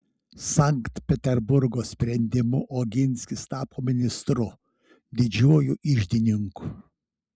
sankt peterburgo sprendimu oginskis tapo ministru didžiuoju iždininku